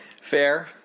Fair